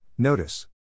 Notice